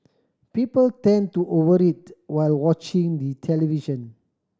people tend to over eat while watching the television